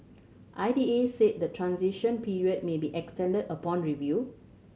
I D A said the transition period may be extended upon review